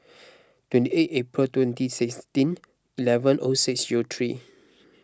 twenty eight April twenty sixteen eleven O six zero three